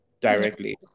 directly